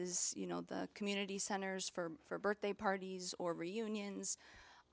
s you know the community centers for birthday parties or reunions